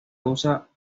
usa